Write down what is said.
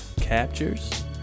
captures